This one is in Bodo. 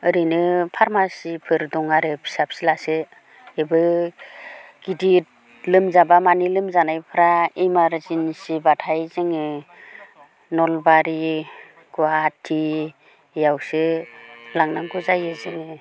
ओरैनो फार्मासिफोर दं आरो फिसा फिसासो बेबो गिदिर लोमजाबा माने लोमजानायफ्रा इमारजेन्सिबाथाय जोङो नलबारि गुवाहाटी बेयावसो लांनांगौ जायो जोङो